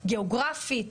גאוגרפית.